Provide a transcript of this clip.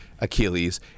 Achilles